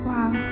Wow